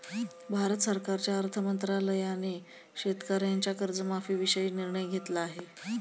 भारत सरकारच्या अर्थ मंत्रालयाने शेतकऱ्यांच्या कर्जमाफीविषयी निर्णय घेतला आहे